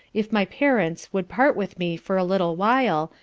if my parents would part with me for a little while,